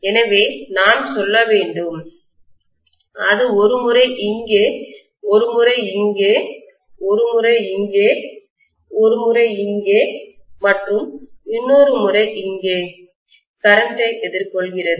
எனவே நான் சொல்ல வேண்டும் அது ஒரு முறை இங்கே ஒரு முறை இங்கே ஒரு முறை இங்கே ஒரு முறை இங்கே மற்றும் இன்னும் ஒரு முறை இங்கே கரண்ட்டைமின்னோட்டத்தை எதிர்கொள்கிறது